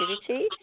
activity